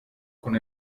con